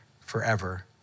forever